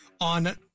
on